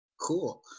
Cool